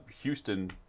Houston